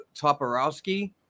toporowski